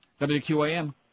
WQAM